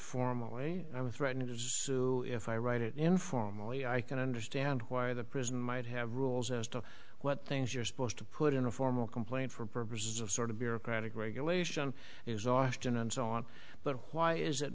would threaten to sue if i write it informally i can understand why the prison might have rules as to what things you're supposed to put in a formal complaint for purposes of sort of bureaucratic regulation is austin and so on but why is it